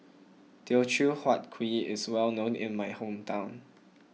Teochew Huat Kuih is well known in my hometown